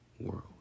world